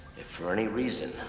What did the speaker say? if for any reason